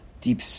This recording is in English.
deep